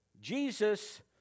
Jesus